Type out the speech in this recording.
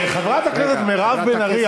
חברת הכנסת מירב בן ארי,